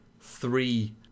three